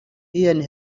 ian